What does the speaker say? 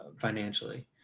financially